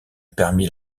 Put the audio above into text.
permis